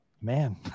man